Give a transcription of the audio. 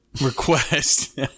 request